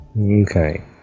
Okay